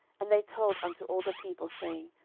and they told unto all the people, saying,